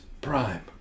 prime